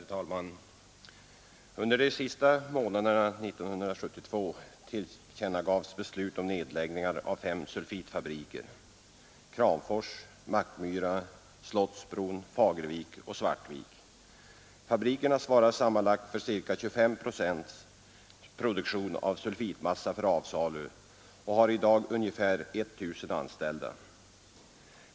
Herr talman! Under de sista månaderna 1972 tillkännagavs beslut om nedläggningar av fem sulfitfabriker: Kramfors, Mackmyra, Slottsbron, Fagervik och Svartvik. Fabrikerna svarar sammanlagt för ca 25 procent av produktionen av sulfitmassa för avsalu och har i dag ungefär 1 000 anställda.